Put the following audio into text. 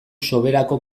soberako